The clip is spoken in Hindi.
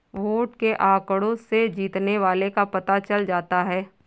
वोट के आंकड़ों से जीतने वाले का पता चल जाता है